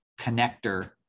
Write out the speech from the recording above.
connector